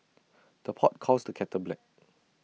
the pot calls the kettle black